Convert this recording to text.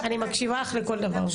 האלה.